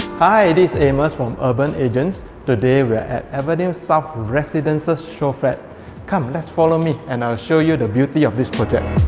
hi, this is amos from urban agents today we are at avenue south residence's show flat come, let's follow me and i'll show you the beauty of this project